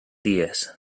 dies